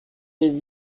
des